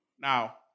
Now